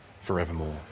forevermore